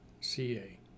CA